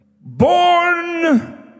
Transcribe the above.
Born